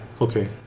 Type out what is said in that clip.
Okay